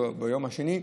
או ביום השני,